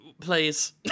Please